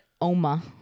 Oma